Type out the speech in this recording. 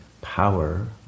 power